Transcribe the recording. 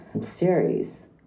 series